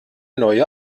neue